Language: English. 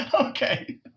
okay